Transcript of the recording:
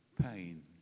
pain